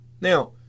Now